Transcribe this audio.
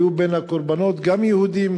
היו בין הקורבנות גם יהודים,